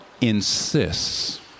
insists